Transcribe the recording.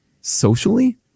socially